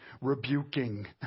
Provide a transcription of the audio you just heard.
rebuking